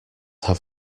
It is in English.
have